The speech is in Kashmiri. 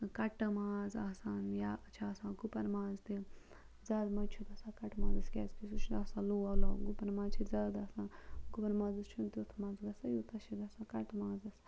کَٹہٕ ماز آسان یا چھِ آسان گُپَن ماز تہِ زیادٕ مَزٕ چھُ گژھان کَٹہٕ مازَس کیٛازِکہِ سُہ چھِنہٕ آسان لوو گُپَن ماز چھِ زیادٕ آسان گُپَن مازَس چھُنہٕ تیُتھ مَزٕ گژھان یوٗتاہ چھِ گژھان کَٹہٕ مازَس